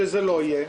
שזה לא יהיה,